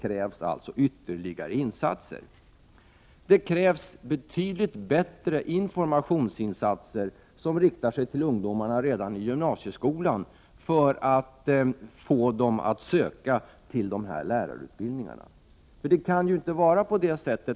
Det krävs alltså ytterligare insatser. Det krävs betydligt bättre informationsinsatser som riktar sig till ungdomarna redan i gymnasieskolan för att få dem att söka till lärarutbildningarna.